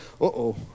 uh-oh